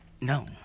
No